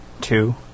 two